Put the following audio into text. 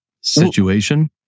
situation